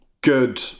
good